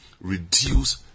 reduce